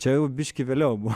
tačiau biškį vėliau buvo